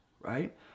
right